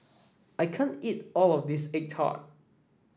I can't eat all of this egg tart